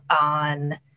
on